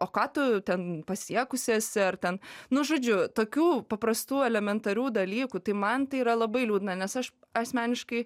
o ką tu ten pasiekusi esi ar ten nu žodžiu tokių paprastų elementarių dalykų tai man tai yra labai liūdna nes aš asmeniškai